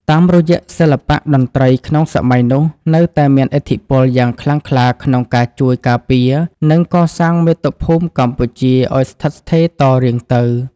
តាមរយៈសិល្បៈតន្ត្រីក្នុងសម័យនោះ នៅតែមានឥទ្ធិពលយ៉ាងខ្លាំងក្លាក្នុងការជួយការពារ និងកសាងមាតុភូមិកម្ពុជាឱ្យស្ថិតស្ថេរតរៀងទៅ។